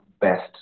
best